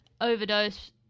Overdose